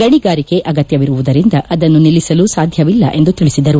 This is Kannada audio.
ಗಣಿಗಾರಿಕೆ ಅಗತ್ತ ವಿರುವುದರಿಂದ ಅದನ್ನು ನಿಲ್ಲಿಸಲು ಸಾಧ್ಯವಿಲ್ಲ ಎಂದು ತಿಳಿಸಿದರು